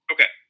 Okay